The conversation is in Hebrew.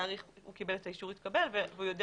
תאריך הוא קיבל את אישור התקבל והוא יודע